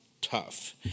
tough